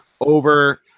over